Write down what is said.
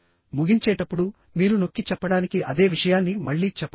ముగించేటప్పుడు మీరు నొక్కిచెప్పడానికి అదే విషయాన్ని మళ్ళీ చెప్పవచ్చు